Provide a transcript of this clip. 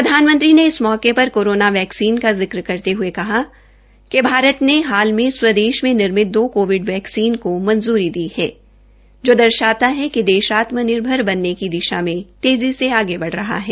प्रधानमंत्री ने इस मौके पर कोरोना वैक्सीन का जिक्र करते हए कहा कि भारत ने हाल में स्वदेश में निर्मित दो कोविड वैक्सीन को मंजूरी दी है जो दर्शाता है कि देश आत्मनिर्भर बनने की दिशा में तेजी से आगे बढ़ रहा है